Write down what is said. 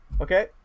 Okay